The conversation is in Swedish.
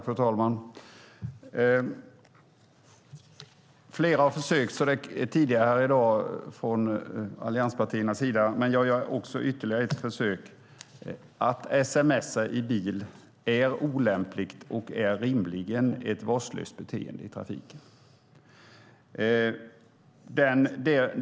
Fru talman! Det har gjorts flera försök från allianspartiernas sida tidigare i dag, men jag gör ytterligare ett försök. Att sms:a i bil är olämpligt och rimligen ett vårdslöst beteende i trafiken.